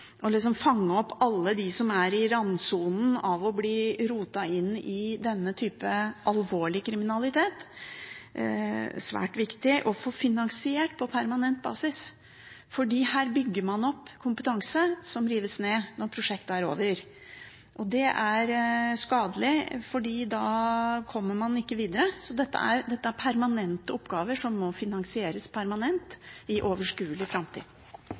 alle dem som er i randsonen av å bli rotet inn i denne typen alvorlig kriminalitet, svært viktig å få finansiert på permanent basis, for her bygger man opp kompetanse som rives ned når prosjektet er over. Det er skadelig, for da kommer man ikke videre. Dette er permanente oppgaver som må finansieres permanent i overskuelig framtid.